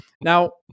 Now